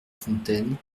fontaine